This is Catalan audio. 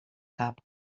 cap